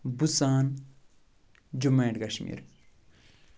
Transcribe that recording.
بہٕ ژان جموں اینٛڈ کشمیٖر